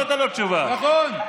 נכון.